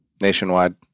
Nationwide